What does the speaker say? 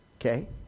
Okay